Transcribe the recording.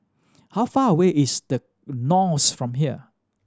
how far away is The Knolls from here